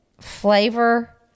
flavor